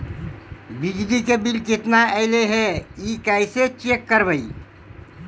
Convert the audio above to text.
बिजली के बिल केतना ऐले हे इ कैसे चेक करबइ?